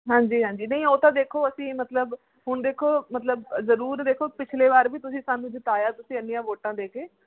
ਹਾਂਜੀ ਹਾਂਜੀ ਨਹੀਂ ਉਹ ਤਾਂ ਦੇਖੋ ਅਸੀਂ ਮਤਲਬ ਹੁਣ ਦੇਖੋ ਮਤਲਬ ਜ਼ਰੂਰ ਦੇਖੋ ਪਿਛਲੇ ਵਾਰ ਵੀ ਤੁਸੀਂ ਸਾਨੂੰ ਜਿਤਾਇਆ ਤੁਸੀਂ ਐਨੀਆਂ ਵੋਟਾਂ ਦੇ ਕੇ